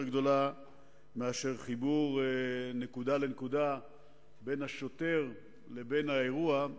גדולה מאשר חיבור נקודה לנקודה בין השוטר לבין האירוע.